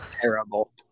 Terrible